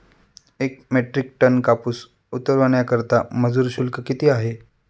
एक metric ton कापूस उतरवण्याकरता मजूर शुल्क किती आहे?